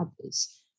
others